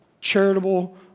charitable